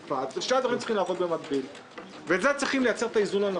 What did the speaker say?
ששם ודאי וודאי שאנחנו בעד לאכוף את החוק